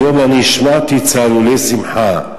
היום אני השמעתי צהלולי שמחה.